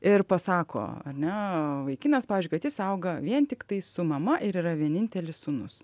ir pasako ar ne vaikinas pavyzdžiui kad jis auga vien tiktai su mama ir yra vienintelis sūnus